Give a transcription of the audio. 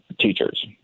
teachers